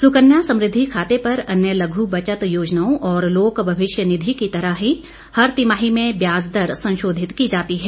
सुकन्या समृद्धि खाते पर अन्य लघ् बचत योजनाओं और लोक भविष्य निधि की तरह ही हर तिमाही में ब्याज दर संशोधित की जाती है